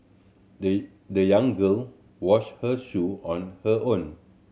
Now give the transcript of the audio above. the the young girl washed her shoe on her own